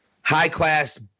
high-class